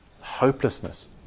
hopelessness